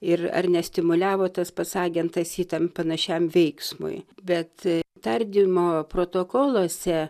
ir ar nestimuliavo tas pats agentas jį tam panašiam veiksmui bet tardymo protokoluose